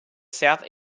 south